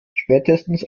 spätestens